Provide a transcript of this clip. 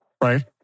right